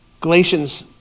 Galatians